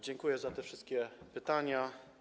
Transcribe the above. Dziękuję za te wszystkie pytania.